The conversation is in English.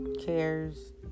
cares